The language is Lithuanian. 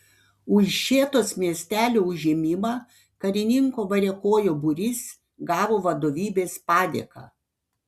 už šėtos miestelio užėmimą karininko variakojo būrys gavo vadovybės padėką